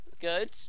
Good